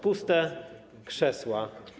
Puste krzesła.